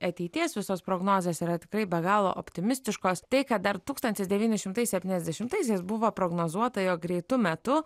ateities visos prognozės yra tikrai be galo optimistiškos tai ką dar tūkstantis devyni šimtai septyniasdešimtaisiais buvo prognozuota jog greitu metu